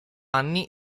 anni